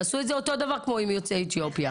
תעשו את זה אותו דבר כמו יוצאי אתיופיה.